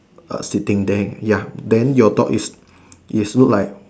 err siting there ya then your dog is is look like